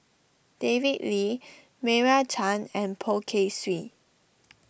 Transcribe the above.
David Lee Meira Chand and Poh Kay Swee